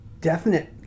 definite